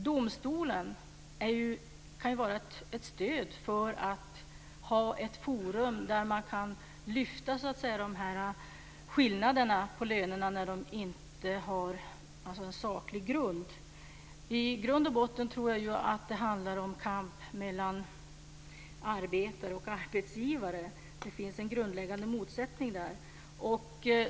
Domstolen kan vara ett stöd för att ha ett forum där man kan lyfta fram skillnaderna i löner när de inte har en saklig grund. I grund och botten tror jag att det handlar om kamp mellan arbetare och arbetsgivare - där finns en grundläggande motsättning.